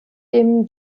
dem